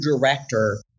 director